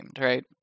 right